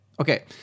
Okay